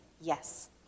yes